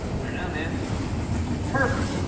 i dunno, man perfect!